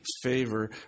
favor